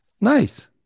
Nice